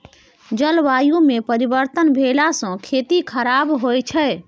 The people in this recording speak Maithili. जलवायुमे परिवर्तन भेलासँ खेती खराप होए छै